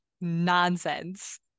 nonsense